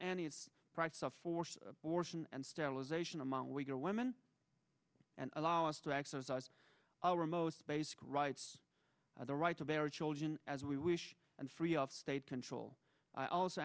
its price of force abortion and sterilization among weaker women and allow us to exercise our most basic rights the right to bear children as we wish and free of state control i also